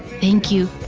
thank you.